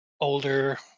older